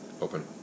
Open